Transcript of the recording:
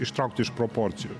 ištraukti iš proporcijų